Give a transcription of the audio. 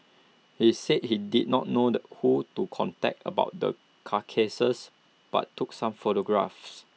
he said he did not know the who to contact about the carcasses but took some photographs